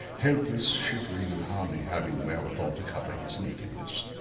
helpless, shivering, and hardly having wherewithal to cover his nakedness?